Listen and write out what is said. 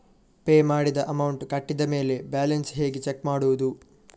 Pay ಮಾಡಿದ amount ಕಟ್ಟಿದ ಮೇಲೆ ಬ್ಯಾಲೆನ್ಸ್ ಹೇಗೆ ಚೆಕ್ ಮಾಡುವುದು?